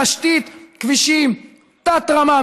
תשתית כבישים תת-רמה,